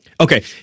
Okay